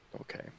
Okay